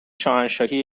شاهنشاهی